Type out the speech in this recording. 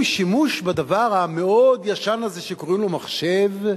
שימוש בדבר המאוד-ישן הזה שקוראים לו מחשב,